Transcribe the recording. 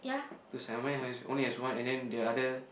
two sign mine has only has one and then the other